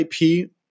IP